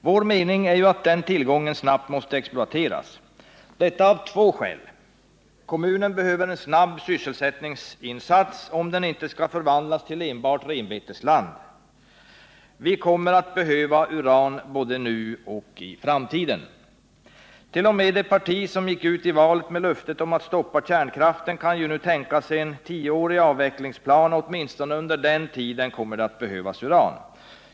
Vår mening är att den tillgången snabbt måste exploateras, detta av två skäl. Kommunen behöver snabbt en rejäl sysselsättningsinsats, om den inte skall förvandlas till enbart renbetesland. Och vi kommer att behöva uran både nu och i framtiden. T. o. m. det parti som gick ut i valet med löftet om att stoppa kärnkraften kan ju nu tänka sig en tioårig avvecklingsplan, och åtminstone under den tiden kommer det att behövas uran.